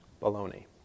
Baloney